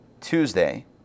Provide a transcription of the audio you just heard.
Tuesday